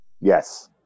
Yes